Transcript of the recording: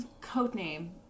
Codename